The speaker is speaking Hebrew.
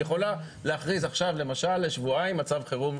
היא יכולה להכריז עכשיו למשל לשבועיים מצב חירום,